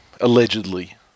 Allegedly